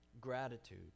Gratitude